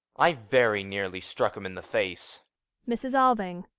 i very nearly struck him in the face mrs. alving.